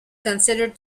considered